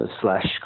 slash